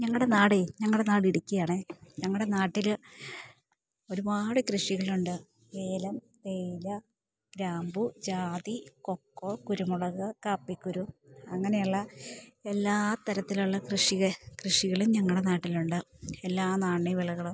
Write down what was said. ഞങ്ങളുടെ നാടെ ഞങ്ങളുടെ നാട് ഇടുക്കിയാണെ ഞങ്ങളുടെ നാട്ടിൽ ഒരുപാട് കൃഷികളുണ്ട് ഏലം തേയില ഗ്രാമ്പു ജാതി കൊക്കോ കുരുമുളക് കാപ്പിക്കുരു അങ്ങനെയുള്ള എല്ലാ തരത്തിലുള്ള കൃഷികളും ഞങ്ങളുടെ നാട്ടിലുണ്ട് എല്ലാ നാണ്യവിളകളും